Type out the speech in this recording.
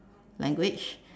language